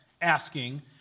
asking